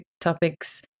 topics